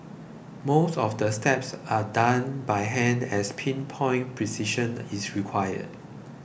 most of the steps are done by hand as pin point precision is required